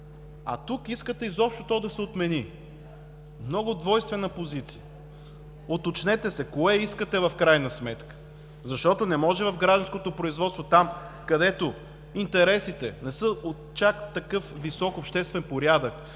а тук искате изобщо то да се отмени. Много двойствена позиция. Уточнете се кое искате в крайна сметка, защото не може в гражданското производство – там, където интересите не са от чак такъв висок обществен порядък,